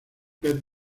pez